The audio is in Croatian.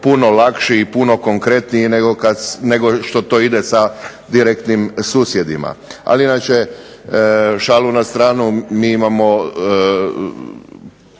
puno lakši i puno konkretniji, nego što to ide sa direktnim susjedima. Ali inače šalu na stranu, mi imamo